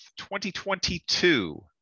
2022